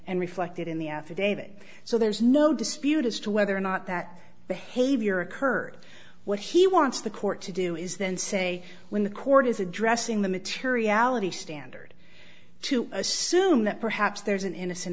and reflected in the affidavit so there's no dispute as to whether or not that behavior occurred what he wants the court to do is then say when the court is addressing the materiality standard to assume that perhaps there's an innocent